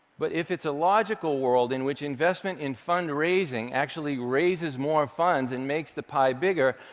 but if it's a logical world in which investment in fundraising actually raises more funds and makes the pie bigger,